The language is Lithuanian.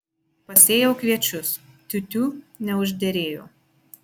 pasėjau kviečius tiu tiū neužderėjo